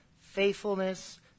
faithfulness